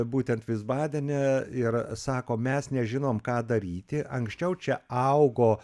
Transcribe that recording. būtent vysbadene ir sako mes nežinom ką daryti anksčiau čia augo